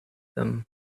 them